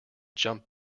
jumped